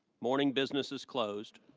morning business is closed.